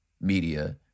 media